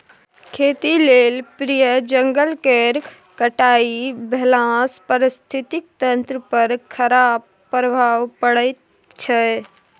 खेतीक लेल प्राय जंगल केर कटाई भेलासँ पारिस्थितिकी तंत्र पर खराप प्रभाव पड़ैत छै